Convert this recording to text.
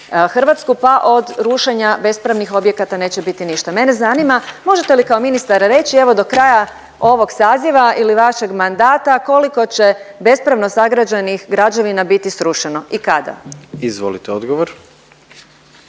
Hrvatsku pa od rušenja bespravnih objekata neće biti ništa. Mene zanima možete li kao ministar reći do kraja ovog saziva ili vašeg mandata koliko će bespravno sagrađenih građevina biti srušeno i kada? **Jandroković,